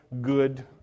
good